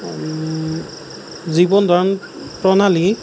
জীৱন ধাৰণ প্ৰণালী